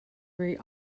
very